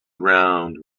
ground